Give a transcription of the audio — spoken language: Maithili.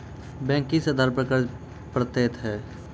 बैंक किस आधार पर कर्ज पड़तैत हैं?